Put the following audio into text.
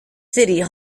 city